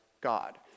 God